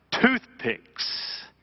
toothpicks